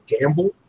Gamble